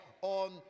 on